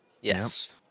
Yes